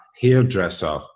hairdresser